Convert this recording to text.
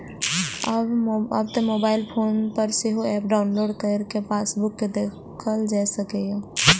आब तं mobile phone पर सेहो एप डाउलोड कैर कें पासबुक कें देखल जा सकैए